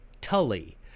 Tully